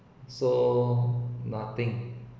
so nothing